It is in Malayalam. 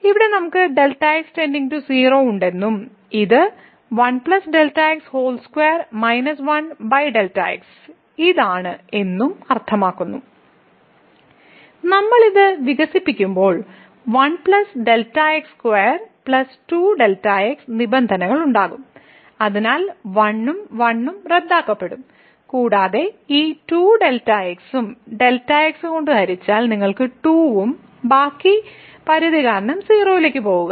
ഇവിടെ നമുക്ക് Δ x 0 ഉണ്ടെന്നും ഇത് ഇതാണ് എന്നും അർത്ഥമാക്കുന്നു നമ്മൾ ഇത് വികസിപ്പിക്കുമ്പോൾ 1 Δx2 2Δx നിബന്ധനകൾ ഉണ്ടാകും അതിനാൽ 1 1 റദ്ദാക്കപ്പെടും കൂടാതെ ഈ 2Δ x ഉം Δ x കൊണ്ട് ഹരിച്ചാൽ നിങ്ങൾക്ക് 2 ഉം ബാക്കി പരിധി കാരണം 0 ലേക്ക് പോകുക